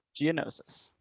Geonosis